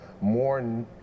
more